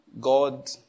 God